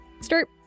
start